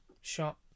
shot